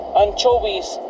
anchovies